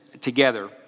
together